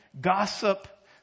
gossip